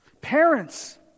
Parents